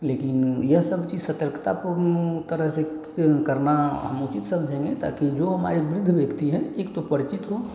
लेकिन यह सब चीज़ सतर्कतापूर्ण तरह से करना हम उचित समझेंगे ताकि जो हमारे वृद्ध व्यक्ति हैं एक तो परिचित हों